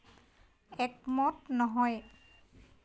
একমত নহয়